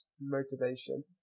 motivation